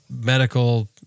medical